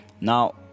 now